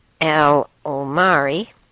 Al-Omari